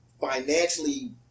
financially